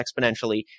exponentially